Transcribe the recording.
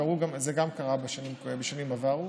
גם זה קרה בשנים עברו.